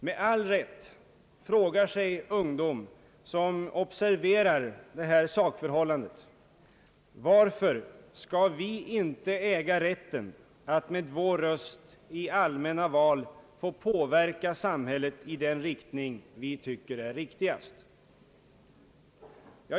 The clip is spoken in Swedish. Med all rätt frågar sig ungdom som observerar detta sakförhållande: Varför skall vi inte äga rätten att med vår röst i allmänna val få påverka samhället i den riktning vi tycker är riktigast?